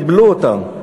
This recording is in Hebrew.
קיבלו אותם,